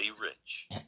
rich